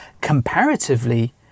Comparatively